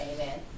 Amen